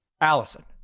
Allison